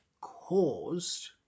caused